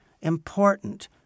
important